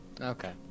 Okay